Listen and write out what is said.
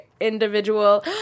individual